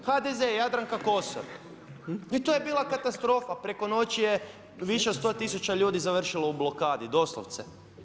HDZ i Jadranka Kosor i to je bila katastrofa, preko noći je više od 100 000 ljudi završilo u blokadi doslovce.